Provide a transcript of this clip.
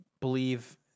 believe